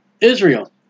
Israel